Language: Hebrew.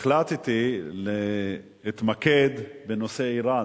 החלטתי להתמקד בנושא ער"ן,